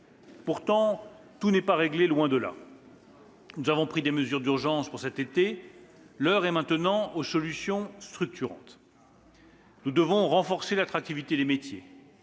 Pourtant, tout n'est pas réglé, loin de là. Nous avons pris des mesures d'urgence pour cet été. L'heure est maintenant aux solutions structurantes. « Nous devons renforcer l'attractivité des métiers